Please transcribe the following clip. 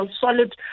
solid